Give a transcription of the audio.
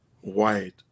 white